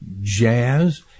jazz